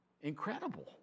Incredible